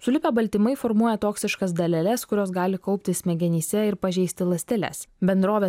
sulipę baltymai formuoja toksiškas daleles kurios gali kauptis smegenyse ir pažeisti ląsteles bendrovės